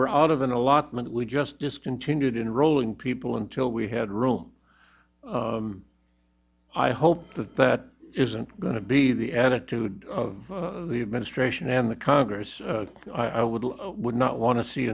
were out of an allotment we just discontinued in rolling people until we had real i hope that that isn't going to be the attitude of the administration and the congress i would not want to see